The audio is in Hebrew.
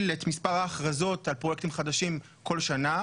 את מספר ההכרזות על פרויקטים חדשים בכל שנה,